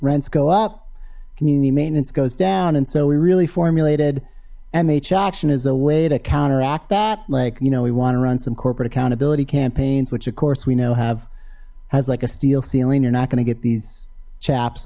rents go up community maintenance goes down and so we really formulated mhm auction is a way to counteract that like you know we want to run some corporate accountability campaigns which of course we know have has like a steel ceiling you're not going to get these chaps